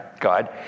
God